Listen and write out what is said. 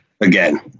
again